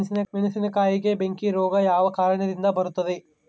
ಮೆಣಸಿನಕಾಯಿಗೆ ಬೆಂಕಿ ರೋಗ ಯಾವ ಕಾರಣದಿಂದ ಬರುತ್ತದೆ?